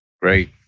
Great